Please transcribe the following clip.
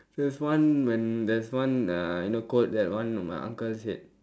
there's one when there's one uh you know quote that one of my uncle said